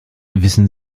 wissen